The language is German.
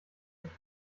sich